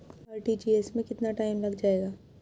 RTGS में कितना time लग जाएगा?